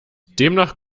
demnach